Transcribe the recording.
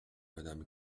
madame